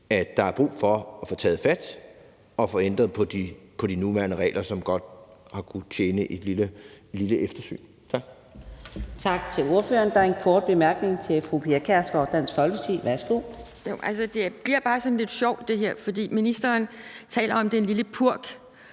at der er brug for at få taget fat og få ændret på de nuværende regler, som godt har kunnet trænge til et lille eftersyn.